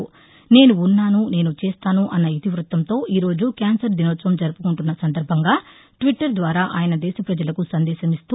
నేను ఉన్నాను నేను చేస్తాను అన్న ఇతివృత్తంతో ఈరోజు క్యాన్సర్ దినోత్సవం జరుపుకుంటున్న సందర్భంగా ట్విట్టర్ ద్వారా ఆయన దేశ ప్రజలకు సందేశమిస్తూ